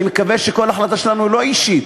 אני מקווה שכל החלטה שלנו היא לא אישית,